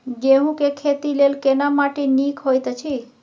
गेहूँ के खेती लेल केना माटी नीक होयत अछि?